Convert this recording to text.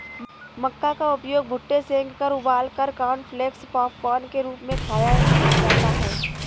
मक्का का उपयोग भुट्टे सेंककर उबालकर कॉर्नफलेक्स पॉपकार्न के रूप में खाया जाता है